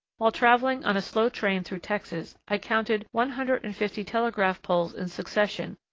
while travelling on a slow train through texas i counted one hundred and fifty telegraph poles in succession,